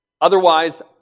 Otherwise